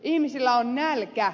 ihmisillä on nälkä